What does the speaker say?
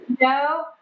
no